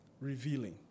revealing